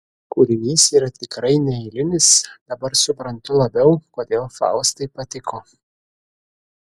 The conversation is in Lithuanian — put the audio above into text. kūrinys yra tikrai neeilinis dabar suprantu labiau kodėl faustai patiko